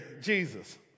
Jesus